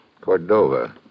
Cordova